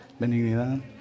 benignidad